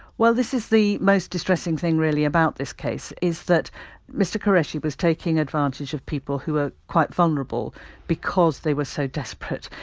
this is the most distressing thing really about this case is that mr qureshi was taking advantage of people who are quite vulnerable because they were so desperate.